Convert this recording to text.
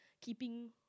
keeping